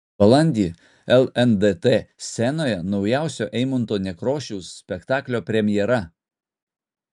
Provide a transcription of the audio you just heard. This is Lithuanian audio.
balandį lndt scenoje naujausio eimunto nekrošiaus spektaklio premjera